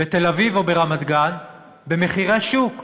בתל-אביב או ברמת-גן במחירי שוק?